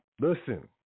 Listen